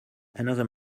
another